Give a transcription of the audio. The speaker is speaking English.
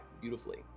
beautifully